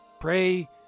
Pray